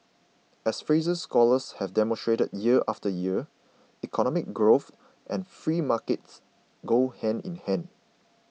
as Fraser scholars have demonstrated year after year economic growth and free markets go hand in hand